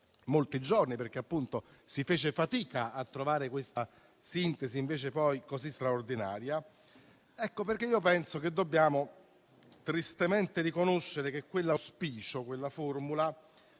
molti giorni, perché si fece fatica a trovare una sintesi invece poi così straordinaria) perché penso che dobbiamo tristemente riconoscere che l'auspicio e la formula